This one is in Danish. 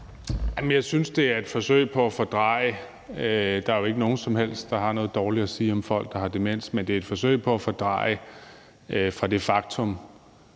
Jeg synes, at det er et forsøg på at dreje fokus væk. Der er jo ikke nogen som helst, der har noget dårligt at sige om folk, der har demens. Det er et forsøg på at dreje fokus væk fra det faktum,